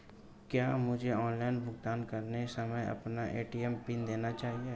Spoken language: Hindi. क्या मुझे ऑनलाइन भुगतान करते समय अपना ए.टी.एम पिन देना चाहिए?